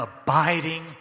abiding